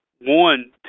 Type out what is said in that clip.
One